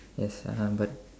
yes uh but